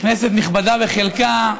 כנסת נכבדה, בחלקה,